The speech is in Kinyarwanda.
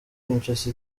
kinshasa